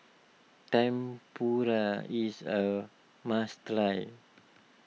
Tempura is a must try